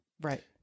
Right